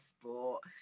sport